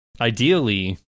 ideally